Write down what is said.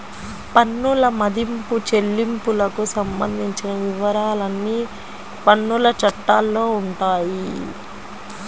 పన్నుల మదింపు, చెల్లింపులకు సంబంధించిన వివరాలన్నీ పన్నుల చట్టాల్లో ఉంటాయి